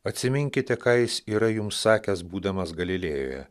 atsiminkite ką jis yra jums sakęs būdamas galilėjoje